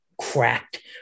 cracked